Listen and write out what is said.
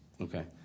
Okay